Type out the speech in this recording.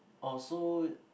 oh so